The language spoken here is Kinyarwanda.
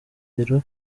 kigero